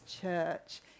church